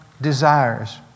desires